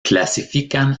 clasifican